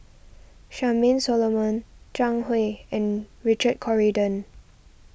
Charmaine Solomon Zhang Hui and Richard Corridon